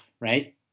right